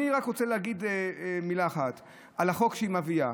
אני רק רוצה להגיד מילה אחת על החוק שהיא מביאה.